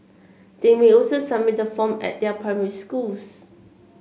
they may also submit the form at their primary schools